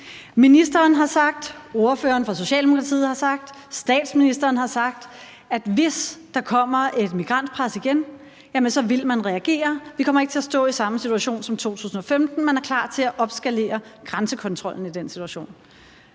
Ministeren har sagt, ordføreren for Socialdemokratiet har sagt, og statsministeren har sagt, at hvis der kommer et migrantpres igen, vil man reagere; vi kommer ikke til at stå i samme situation som i 2015; man er klar til at opskalere grænsekontrollen i den situation.